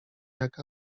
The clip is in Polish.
jak